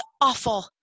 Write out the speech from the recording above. awful